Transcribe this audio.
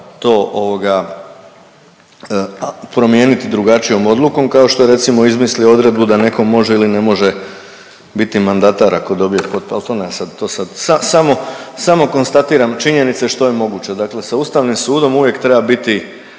to ovoga promijeniti drugačijom odlukom kao što je recimo izmislio odredbu da neko može ili ne može biti mandatar ako dobije potporu, al to nema sad, to sad, samo, samo konstatiram činjenice što je moguće, dakle sa Ustavnim sudom uvijek treba biti